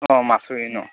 অঁ মাচুৰি ন